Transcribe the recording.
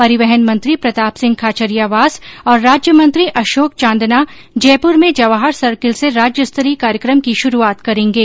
परिवहन मंत्री प्रताप सिंह खाचरियावास और राज्यमंत्री अशोक चांदना जयपुर में जवाहर सर्किल से राज्यस्तरीय कार्यक्रम की शुरूआत करेंगे